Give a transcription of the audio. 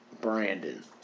Brandon